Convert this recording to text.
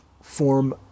form